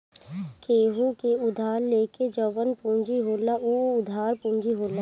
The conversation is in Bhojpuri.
केहू से उधार लेके जवन पूंजी होला उ उधार पूंजी होला